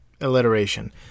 alliteration